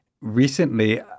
recently